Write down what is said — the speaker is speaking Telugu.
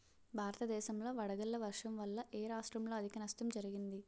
భారతదేశం లో వడగళ్ల వర్షం వల్ల ఎ రాష్ట్రంలో అధిక నష్టం జరిగింది?